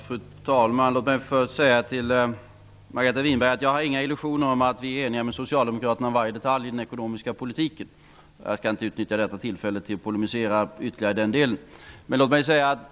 Fru talman! Låt mig först säga till Margareta Winberg att jag inte har några illusioner om att vi är eniga med Socialdemokraterna om varje detalj i den ekonomiska politiken. Jag skall inte utnyttja detta tillfälle till att polemisera om den saken ytterligare.